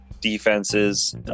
defenses